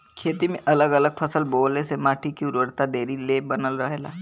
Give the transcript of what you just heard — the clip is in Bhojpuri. खेती में अगल अलग फसल बोअला से माटी के उर्वरकता देरी ले बनल रहेला